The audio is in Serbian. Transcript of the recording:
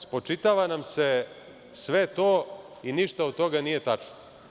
Spočitava nam se sve to i ništa od toga nije tačno.